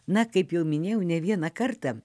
na kaip jau minėjau ne vieną kartą